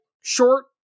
short